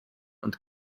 und